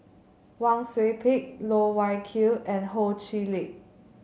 Wang Sui Pick Loh Wai Kiew and Ho Chee Lick